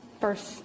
first